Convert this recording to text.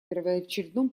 первоочередном